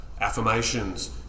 affirmations